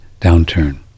downturn